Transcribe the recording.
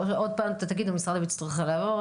או שעוד פעם תגידו שצריך דיונים?